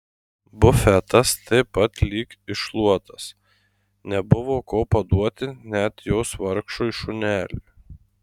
bufetas taip pat lyg iššluotas nebuvo ko paduoti net jos vargšui šuneliui